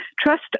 trust